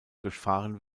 durchfahren